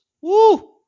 woo